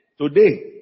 today